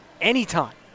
anytime